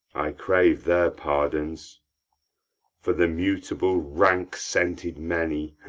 i crave their pardons for the mutable, rank-scented many,